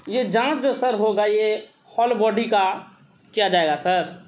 یہ جانچ جو سر ہوگا یہ ہول باڈی کا کیا جائے گا سر